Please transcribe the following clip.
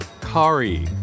Kari